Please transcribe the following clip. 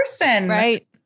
Right